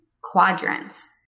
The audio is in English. quadrants